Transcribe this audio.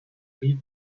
rive